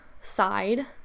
side